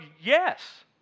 yes